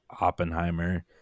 Oppenheimer